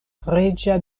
reĝa